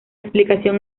explicación